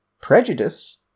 prejudice